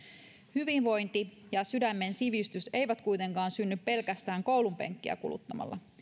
hyvinvointi ja sydämen sivistys eivät kuitenkaan synny pelkästään koulunpenkkiä kuluttamalla